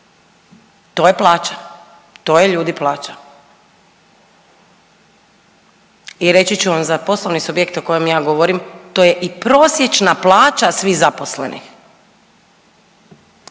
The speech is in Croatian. To je plaća. To je ljudi plaća. I reći ću vam za poslovni subjekt o kojem ja govorim to je i prosječna plaća svih zaposlenih.